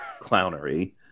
Clownery